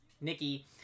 Nikki